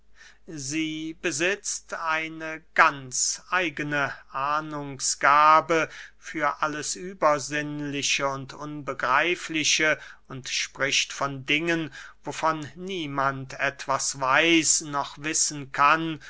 sie besitzt eine ganz eigene ahnungsgabe für alles übersinnliche und unbegreifliche und spricht von dingen wovon niemand etwas weiß noch wissen kann